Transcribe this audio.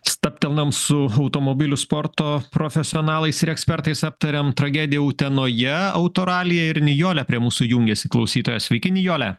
stabtelnam su automobilių sporto profesionalais ir ekspertais aptariam tragediją utenoje autoralyje ir nijolė prie mūsų jungiasi klausytoja sveiki nijole